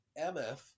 mf